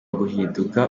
guhinduka